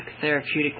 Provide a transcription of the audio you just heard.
therapeutic